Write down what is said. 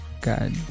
God